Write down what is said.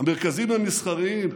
המרכזים המסחריים,